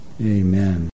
Amen